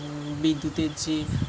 বিদ্যুতের যে